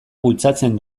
bultzatzen